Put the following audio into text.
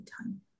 time